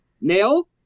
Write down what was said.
Nail